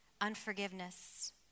unforgiveness